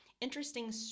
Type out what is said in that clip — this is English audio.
interesting